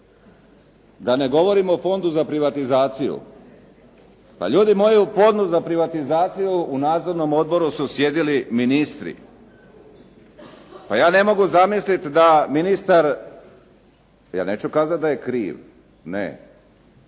da ne govorim o Fondu za privatizaciju. Pa ljudi moji, u Fondu za privatizaciju, u Nadzornom odboru su sjedili ministri. Pa ja ne mogu zamislit da ministar, ja neću kazat da je kriv, ne.